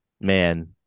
Man